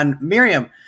Miriam